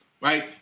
right